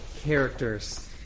characters